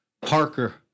Parker